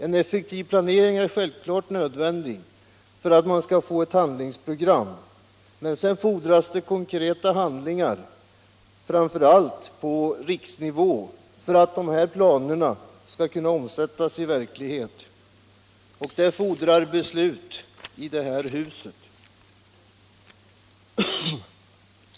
En effektiv planering är självfallet nödvändig för att man skall få ett handlingsprogram, men sedan fordras det konkreta handlingar, framför allt på riksnivå, för att dessa planer skall omsättas i verklighet. Och det fordrar beslut i det här huset.